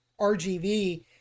rgv